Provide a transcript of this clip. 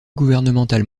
gouvernementale